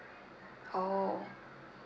oh